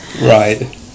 Right